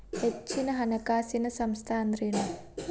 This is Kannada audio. ಹೆಚ್ಚಿನ ಹಣಕಾಸಿನ ಸಂಸ್ಥಾ ಅಂದ್ರೇನು?